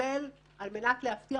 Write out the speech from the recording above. על מנת להבטיח